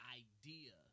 idea